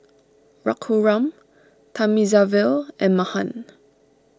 Raghuram Thamizhavel and Mahan